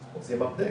אנחנו רואים את המצגת.